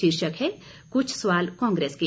शीर्षक है कुछ सवाल कांग्रेस के